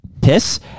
piss